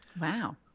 Wow